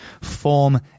form